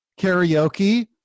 karaoke